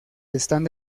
están